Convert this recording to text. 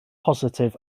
positif